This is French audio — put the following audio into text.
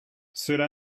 cela